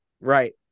right